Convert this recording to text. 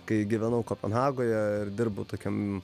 kai gyvenau kopenhagoje ir dirbau tokiam